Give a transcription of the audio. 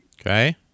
Okay